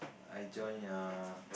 I join uh